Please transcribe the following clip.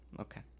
Okay